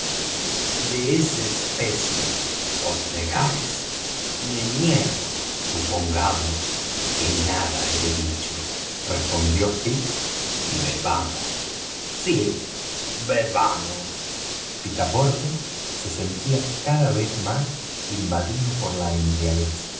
de esa especie os negáis me niego supongamos que nada he dicho respondió fix y bebamos sí bebamos picaporte se sentía cada vez más invadido por la embriaguez